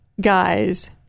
guys